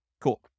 Cool